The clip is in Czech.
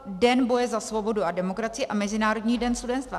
Den boje za svobodu a demokracii a Mezinárodní den studentstva.